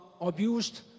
abused